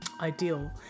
ideal